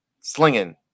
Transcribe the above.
slinging